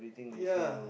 ya